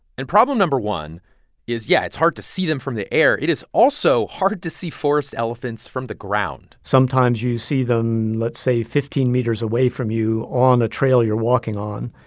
and problem no. one is, yeah, it's hard to see them from the air. it is also hard to see forest elephants from the ground sometimes you see them, let's say, fifteen meters away from you on the trail you're walking on.